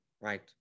right